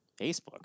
Facebook